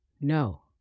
No